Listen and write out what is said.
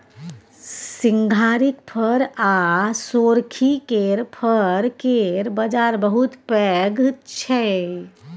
सिंघारिक फर आ सोरखी केर फर केर बजार बहुत पैघ छै